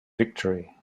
victory